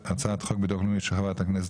הצעת חוק ביטוח לאומי של חברת הכנסת